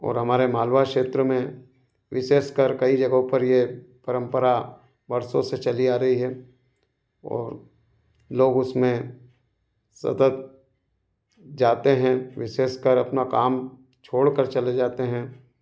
और हमर मालवा क्षेत्र में विशेषकर कई जगहों पर ये परंपरा वर्षों से चली आ रही है और लोग उसमें सतत जाते हैं विशेषकर काम अपना छोड़कर चले जाते हैं